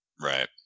Right